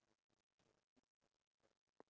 my mum